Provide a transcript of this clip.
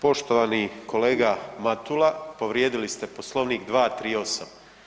Poštovani kolega Matula, povrijedili ste Poslovnik 238.